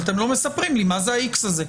אבל אתם לא מספרים לי מה זה ה-X הזה,